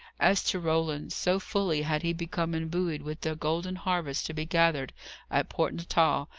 as to roland, so fully had he become imbued with the golden harvest to be gathered at port natal,